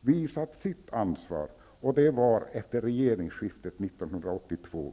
visat sitt ansvar, och det var efter regeringsskiftet 1982.